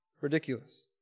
Ridiculous